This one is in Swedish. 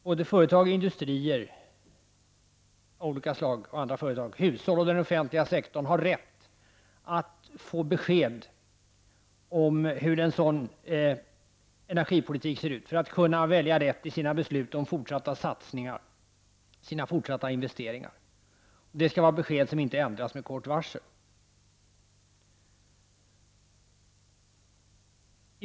Både företag och industrier av olika slag, hushåll och den offentliga sektorn har rätt att få besked om hur en sådan energipolitik ser ut för att kunna välja rätt i sina beslut om fortsatta satsningar och fortsatta investeringar. Det skall vara besked som inte ändras med kort varsel.